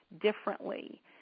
differently